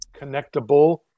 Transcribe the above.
connectable